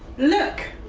look,